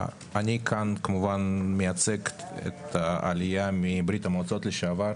אני כאן מייצג כמובן את העלייה מברית המועצות לשעבר,